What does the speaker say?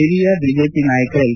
ಹಿರಿಯ ಬಿಜೆಪಿ ನಾಯಕ ಎಲ್